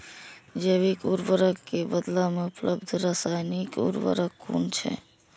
जैविक उर्वरक के बदला में उपलब्ध रासायानिक उर्वरक कुन छै?